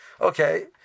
okay